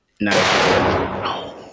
No